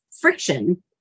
friction